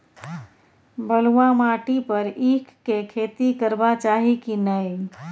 बलुआ माटी पर ईख के खेती करबा चाही की नय?